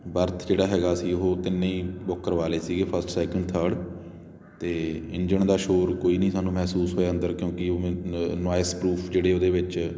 birth ਜਿਹੜਾ ਹੈਗਾ ਅਸੀਂ ਉਹ ਤਿੰਨੇ ਹੀ ਬੁੱਕ ਕਰਵਾ ਲਏ ਸੀਗੇ ਫਸਟ ਸੈਕਿੰਡ ਥਰਡ ਅਤੇ ਇੰਜਨ ਦਾ ਸ਼ੋਰ ਕੋਈ ਨਹੀਂ ਸਾਨੂੰ ਮਹਿਸੂਸ ਹੋਇਆ ਅੰਦਰ ਕਿਉਂਕਿ ਉਹ ਨੋਇਸ ਪਰੂਫ਼ ਜਿਹੜੇ ਉਹਦੇ ਵਿੱਚ